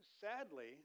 Sadly